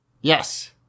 Yes